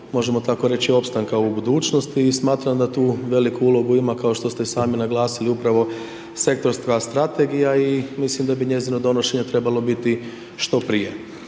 možemo tako reći, opstanka u budućnosti i smatram da tu veliku ulogu ima, kao što ste i sami naglasili upravo sektorska strategija i mislim da bi njezino donošenje trebalo biti što prije.